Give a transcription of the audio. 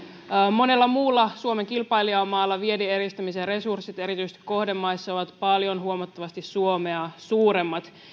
monella muulla suomen kilpailijamaalla viennin edistämisen resurssit erityisesti kohdemaissa ovat huomattavan paljon suomea suuremmat